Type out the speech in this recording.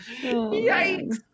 Yikes